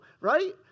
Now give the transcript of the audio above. right